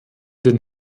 den